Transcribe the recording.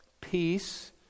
Peace